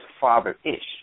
father-ish